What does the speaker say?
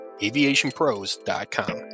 aviationpros.com